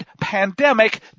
pandemic